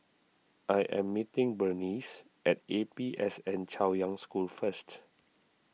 I am meeting Berneice at A P S N Chaoyang School first